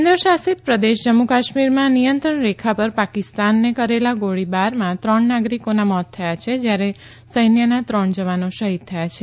કેન્દ્ર શાસિત પ્રદેશ જમ્મુ કાશ્મીરમાં નિયંત્રણ રેખા પર પાકિસ્તાને કરેલા ગોળીબારમાં ત્રણ નાગરિકોના મોત થયા છે જ્યારે સૈન્યના ત્રણ જવાનો શહિદ થયા છે